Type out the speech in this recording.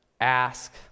ask